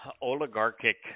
oligarchic